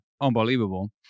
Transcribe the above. unbelievable